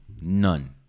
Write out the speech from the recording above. None